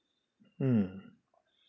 mm